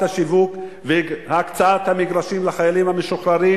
השיווק והקצאת המגרשים לחיילים המשוחררים.